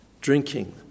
Drinking